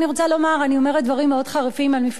אני אומרת דברים מאוד חריפים על מפלגת קדימה,